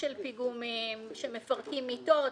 פיגומים, שמפרקים מיטות,